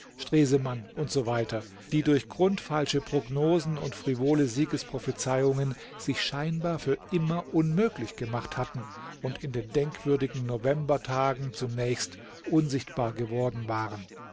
stresemann usw die durch grundfalsche prognosen und frivole siegesprophezeiungen sich scheinbar für immer unmöglich gemacht hatten und in den denkwürdigen novembertagen zunächst unsichtbar geworden waren